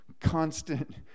constant